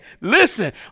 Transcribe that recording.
Listen